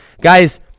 guys